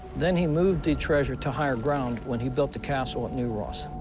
then he moved the treasure to higher ground, when he built the castle at new ross.